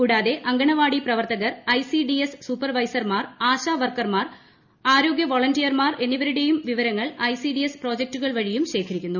കൂടാതെ അങ്കണവാടി പ്രവർത്തകർ ഐസിഡിഎസ് സൂപ്പർ വൈസർമാർ ആശാ വർക്കർമാർ ആരോഗ്യവളന്റിയർമാർ എന്നിവരുടെയും വിവരങ്ങൾ ഐസിഡിഎസ് പ്രോജക്ടുകൾ വഴിയും ശേഖരിക്കുന്നു